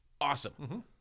awesome